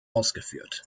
ausgeführt